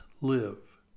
live